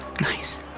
Nice